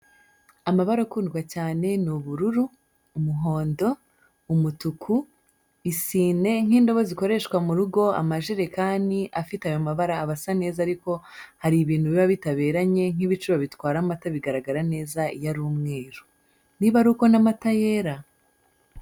Amabara akundwa cyane ni ubururu, umuhondo, umutuku, isine nk'indobo zikoreshwa mu rugo, amajerekani afite ayo mabara asa neza ariko hari ibintu biba bitaberanye, nk'ibicuba bitwara amata bigaragara neza iyo ari umweru. Niba ari uko n'amata yera!